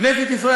כנסת ישראל,